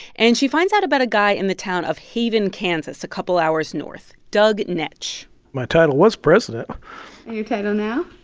and she finds out about a guy in the town of haven, kan, so a couple hours north, doug nech my title was president and your title now?